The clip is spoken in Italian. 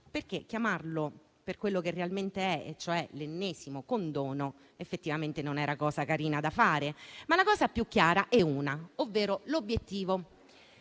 perché chiamarlo per quello che realmente è, cioè l'ennesimo condono, effettivamente non era cosa carina da fare. Ma la cosa più chiara è una, ovvero l'obiettivo,